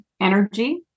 energy